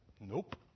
Nope